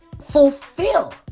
fulfill